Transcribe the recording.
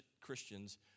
Christians